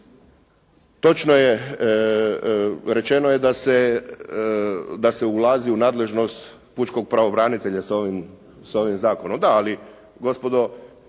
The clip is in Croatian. Točno je, rečeno je da se ulazi u nadležnost pučkog pravobranitelja sa ovim zakonom.